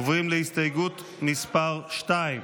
עוברים להסתייגות מס' 2,